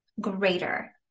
greater